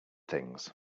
things